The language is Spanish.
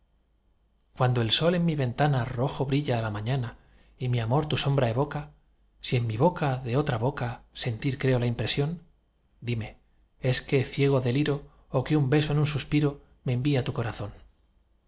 cuando el sol en mi ventana rojo brilla á la mañana y mi amor tu sombra evoca si en mi boca de otra boca sentir creo la impresión dime es que ciego deliro ó que un beso en un suspiro me envía tu corazón